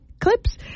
clips